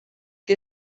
que